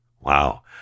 Wow